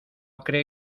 cree